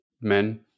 Men